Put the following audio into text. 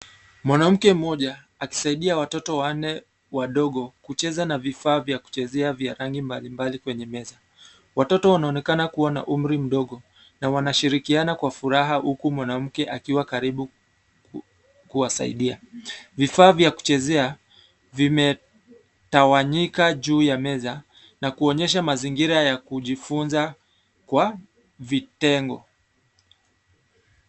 Mwanamke mmoja, akisaidia watoto wanne wadogo, kucheza na vifaa vya kuchezea vya rangi mbalimbali kwenye meza. Watoto wanaonekana kuwa na umri mdogo, na wanashirikiana kwa furaha huku mwanamke akiwa karibu kuwasaidia. Vifaa vya kuchezea, vimetawanyika juu ya meza, na kuonyesha mazingira ya kujifunza, kwa vitengo.